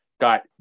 got